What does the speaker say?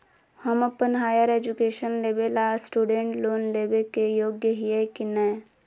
हम अप्पन higher education लेबे ला स्टूडेंट लोन लेबे के योग्य हियै की नय?